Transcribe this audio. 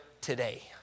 today